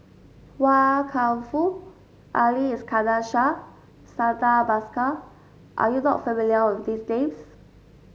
Wan Kam Fook Ali Iskandar Shah Santha Bhaskar are you not familiar with these names